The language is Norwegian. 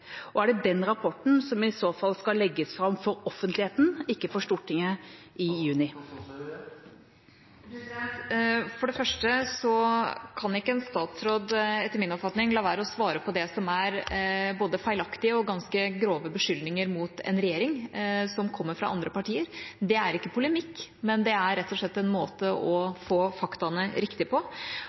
og er det den rapporten som i så fall skal legges fram for offentligheten, ikke for Stortinget, i juni? For det første kan ikke en statsråd etter min oppfatning la være å svare på det som er både feilaktige og ganske grove beskyldninger fra andre partier mot ei regjering. Det er ikke polemikk, det er rett og slett en måte å få faktaene riktige på.